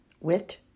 wit